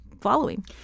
following